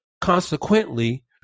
consequently